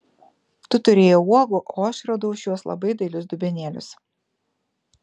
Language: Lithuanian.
tu turėjai uogų o aš radau šiuos labai dailius dubenėlius